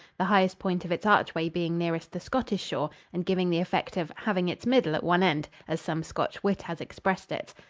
the highest point of its archway being nearest the scottish shore and giving the effect of having its middle at one end, as some scotch wit has expressed it.